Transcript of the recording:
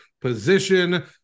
position